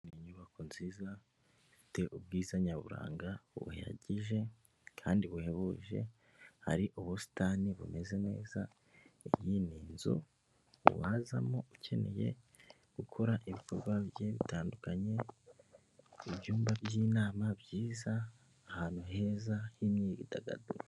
Inyubako nziza ifite ubwiza nyaburanga buhagije kandi buhebuje, hari ubusitani bumeze neza, iyi ni nzu wazamo ukeneye gukora ibikorwa begiye bitandukanye, ibyumba by'inama byiza, ahantu heza h'imyidagaduro.